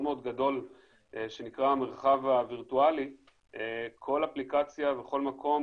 גדול שנקרא המרחב הווירטואלי כל אפליקציה וכל מקום